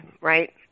right